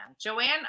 Joanne